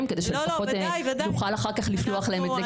כדי שלפחות נוכל אחר כך לשלוח להם את זה,